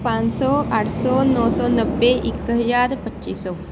ਪੰਜ ਸੌ ਅੱਠ ਸੌ ਨੌ ਸੌ ਨੱਬੇ ਇੱਕ ਹਜ਼ਾਰ ਪੱਚੀ ਸੌ